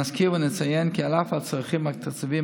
נזכיר ונציין כי על אף הצרכים התקציביים